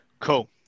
Cool